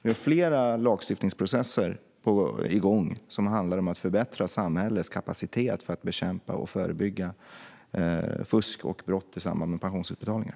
Det finns flera lagstiftningsprocesser igång som handlar om att förbättra samhällets kapacitet för att bekämpa och förebygga fusk och brott i samband med pensionsutbetalningar.